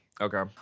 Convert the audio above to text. Okay